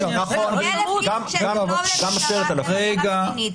אלף איש כשזה לא למטרה מדינית.